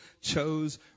chose